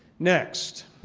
next,